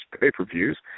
pay-per-views